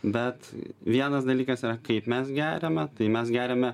bet vienas dalykas yra kaip mes geriame tai mes geriame